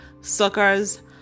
suckers